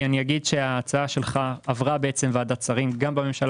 ההצעה שלך עברה ועדת שרים גם בממשלה